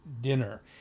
dinner